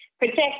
Protect